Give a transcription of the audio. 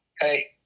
hey